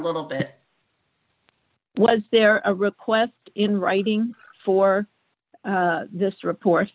little bit was there a request in writing for this report